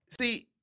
see